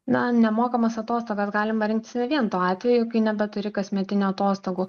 na nemokamas atostogas galima rinktis ne vien tuo atveju kai nebeturi kasmetinių atostogų